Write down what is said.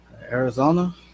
Arizona